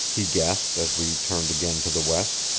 he gasped, as we turned again to the west,